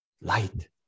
light